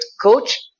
coach